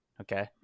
Okay